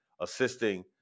assisting